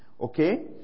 Okay